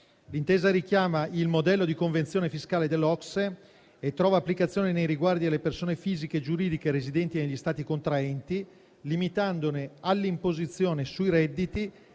L'intesa richiama il modello di convenzione fiscale dell'OCSE e trova applicazione nei riguardi delle persone fisiche e giuridiche residenti negli Stati contraenti, limitandone all'imposizione sui redditi